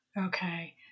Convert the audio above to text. Okay